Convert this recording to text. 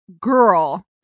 girl